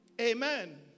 Amen